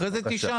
אחרי זה תשאל.